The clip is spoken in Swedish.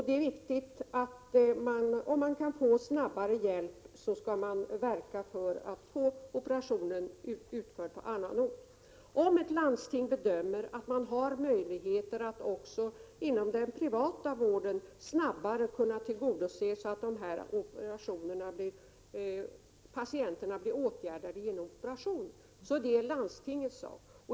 Det är riktigt att om patienten kan få hjälp snabbare skall sjukvården verka för att operationen utförs på annan ort. Om ett landsting bedömer att den privata vården har möjligheter att snabbare kunna tillgodose patienternas behov av operation så är detta landstingets sak.